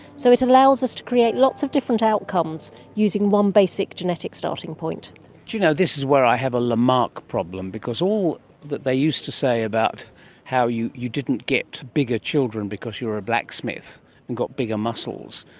so it allows us to create lots of different outcomes using one basic genetic starting point. do you know, this is where i have a lamarck problem, because all that they used to say about how you you didn't get bigger children because you were a blacksmith and got bigger muscles,